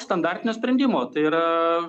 standartinio sprendimo tai yra